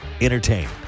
Entertain